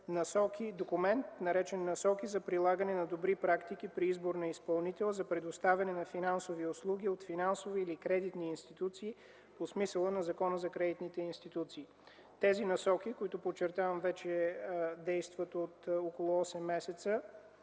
документ, наречен Насоки за прилагане на добри практики при избор на изпълнител за предоставяне на финансови услуги от финансови или кредитни институции по смисъла на Закона за кредитните институции. Тези насоки, които – подчертавам – действат от около 8 месеца,